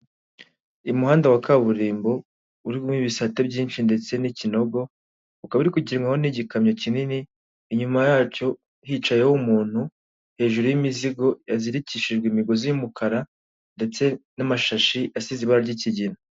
Umuhanda wa kaburimbo urimo ibisate byinshi ndetse n'ikinogo, ukaba uri kugendwaho n'igikamyo kinini, inyuma yacyo hicayeho umuntu hejuru y'imizigo yazirikishijwe imigozi y'umukara ndetse n'amashashi asize ibara ry'ikigina.